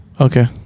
Okay